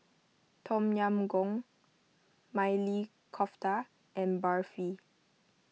Tom Yam Goong Maili Kofta and Barfi